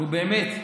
נו, באמת,